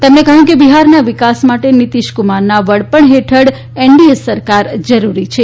તેમણે કહ્યું કે બિહારના વિકાસ માટે નિતીશકુમારના વડપણ હેઠળ એનડીએ સરકાર જરૂરી છે